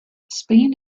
spain